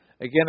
Again